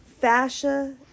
Fascia